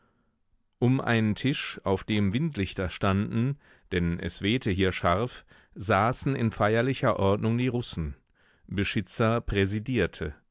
um einen tisch auf dem windlichter standen denn es wehte hier scharf saßen in feierlicher ordnung die russen beschitzer präsidierte